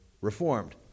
reformed